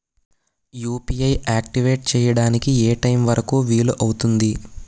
UPI activate చెయ్యడానికి ఏ time వరుకు వీలు అవుతుంది?